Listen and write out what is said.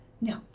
No